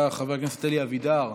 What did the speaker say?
חבר הכנסת אלי אבידר,